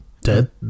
dead